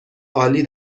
عالی